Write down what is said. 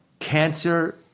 cancer,